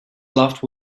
laughed